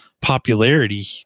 popularity